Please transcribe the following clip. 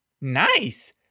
Nice